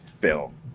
film